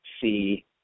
see